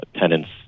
tenants